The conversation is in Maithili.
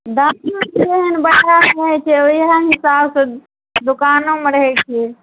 दामो जेहन बाहर रहय छै ओहे हिसाबसँ दुकानोमे रहय छै